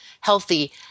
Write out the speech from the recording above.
healthy